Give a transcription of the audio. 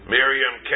Miriam